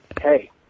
hey